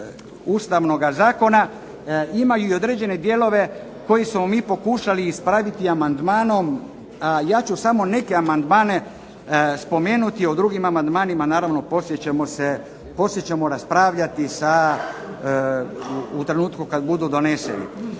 Ustavnoga Zakona imaju određene dijelove koje smo mi pokušali ispraviti amandmanom. Ja ću samo neke amandmane spomenuti, o drugim amandmanima naravno poslije ćemo raspravljati u trenutku kada budu doneseni.